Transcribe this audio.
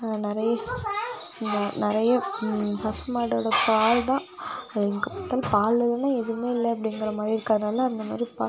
நிறைய ந நிறைய பசு மாடோடய பால் தான் எங்கே பார்த்தாலும் பால் இல்லைன்னா எதுவுமே இல்லை அப்படிங்கற மாதிரி இருக்கிறதுனால அந்த மாதிரி ப